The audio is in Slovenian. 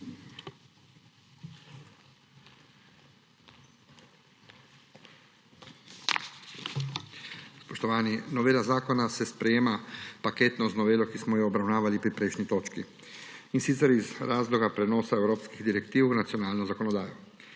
Spoštovani! Novela zakona se sprejema paketno z novelo, ki smo jo obravnavali pri prejšnji točki, in sicer iz razloga prenosa evropskih direktiv v nacionalno zakonodajo.